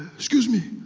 excuse me,